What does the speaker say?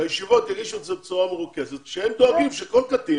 שהישיבות יגישו את זה בצורה מרוכזת שהם דואגים שכל קטין